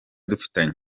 dufitanye